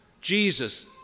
Jesus